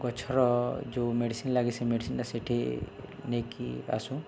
ଗଛର ଯୋଉ ମେଡିସିନ୍ ଲାଗେ ସେ ମେଡିସିନ୍ଟା ସେଠି ନେଇକି ଆସୁ